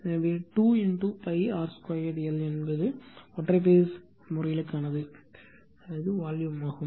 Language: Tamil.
எனவே 2 pi r 2 l என்பது ஒற்றை பேஸ் முறையில்க்கானது இது வால்யும்